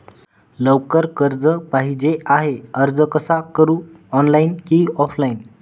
लवकर कर्ज पाहिजे आहे अर्ज कसा करु ऑनलाइन कि ऑफलाइन?